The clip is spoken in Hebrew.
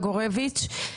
תודה, גורביץ'.